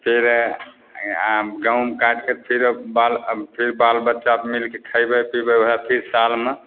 फेर गहूम काटिके फेर बाल फेर बाल बच्चा मिलिके खएबै पिबै वएह फेर सालमे